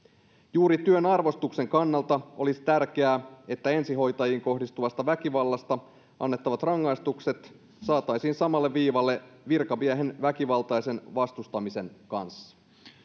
juuri työn arvostuksen kannalta olisi tärkeää että ensihoitajiin kohdistuvasta väkivallasta annettavat rangaistukset saataisiin samalle viivalle virkamiehen väkivaltaisen vastustamisen kanssa